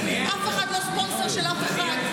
אף אחד לא ספונסר של אף אחד.